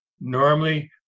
normally